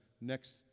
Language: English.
next